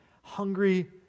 hungry